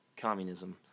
communism